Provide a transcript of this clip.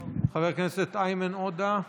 חבר הכנסת איימן עודה,